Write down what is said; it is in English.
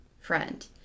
friend